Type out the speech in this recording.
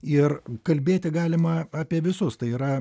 ir kalbėti galima apie visus tai yra